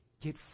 get